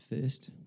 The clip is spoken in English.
first